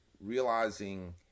realizing